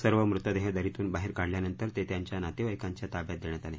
सर्व मृतदेह दरीतून बाहेर काढल्यानंतर ते त्यांच्या नातेवा किंच्या ताब्यात देण्यात आले